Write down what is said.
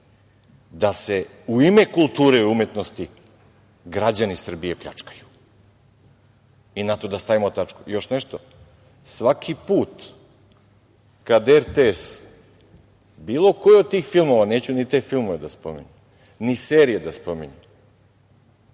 da se u ime kulture i umetnosti građani Srbije pljačkaju i na to da stavimo tačku. Još nešto, svaki put kada RTS bilo koji od tih filmova, neću ni te filmove da spominjem, ni serije da spominjem,